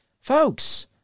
folks